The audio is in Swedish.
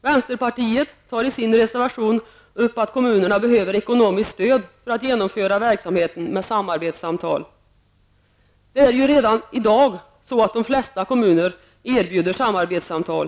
Vänsterpartiet tar i sin reservation upp att kommunerna behöver ekonomiskt stöd för att genomföra verksamheten med samarbetssamtal. Det är ju redan i dag så att de flesta kommuner erbjuder samarbetssamtal.